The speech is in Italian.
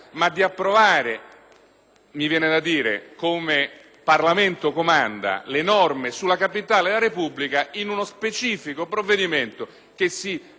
mi viene da dire - come Parlamento comanda, le norme sulla capitale della Repubblica in uno specifico provvedimento che si adotti da parte